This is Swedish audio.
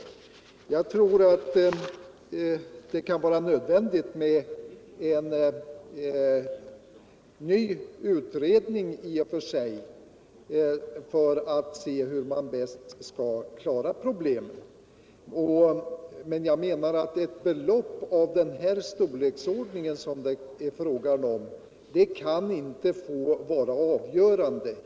41 Jag tror att det i och för sig inte kan vara nödvändigt med en ny utredning för att se hur man bäst skall klara problemen och jag menar att ett belopp av den storlek som det är fråga om inte kan få vara avgörande.